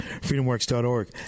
FreedomWorks.org